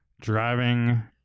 driving